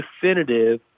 definitive